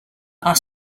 are